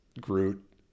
Groot